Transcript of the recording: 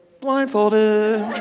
blindfolded